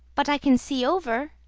but i can see over,